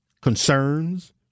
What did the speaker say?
concerns